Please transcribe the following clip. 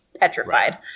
petrified